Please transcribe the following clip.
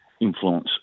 influence